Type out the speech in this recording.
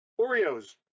Oreos